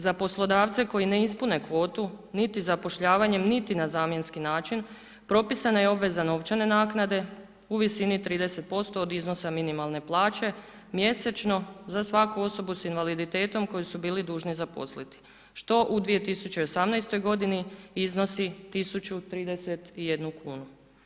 Za poslodavce koji ne ispune kvotu, niti zapošljavanjem, niti na zamjenski način, propisana je obveza novčane naknade u visini 30% od iznosa minimalne plaće mjesečno za svaku osobu s invaliditetom koju su bili dužni zaposliti, što u 2018. godini iznosi 1031 kunu.